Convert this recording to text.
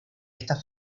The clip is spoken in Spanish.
estas